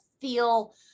feel